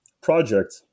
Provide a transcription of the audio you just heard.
project